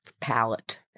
palette